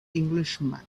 englishman